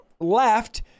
left